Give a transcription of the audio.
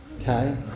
Okay